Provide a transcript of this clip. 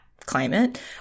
climate